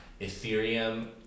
Ethereum